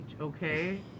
okay